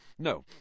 No